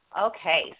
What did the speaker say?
Okay